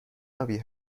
آبی